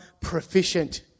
proficient